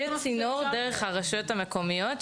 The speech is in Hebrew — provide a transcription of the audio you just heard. שיהיה צינור דרך הרשויות המקומיות,